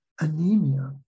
anemia